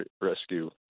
rescue